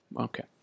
Okay